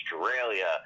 Australia